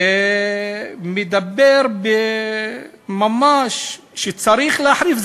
ואומר שצריך ממש להחריף,